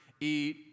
eat